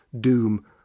doom